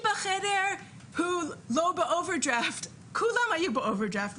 מי בחדר לא באוברדרפט, כולם היו באוברדרפט.